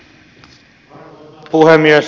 arvoisa puhemies